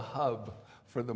hub for the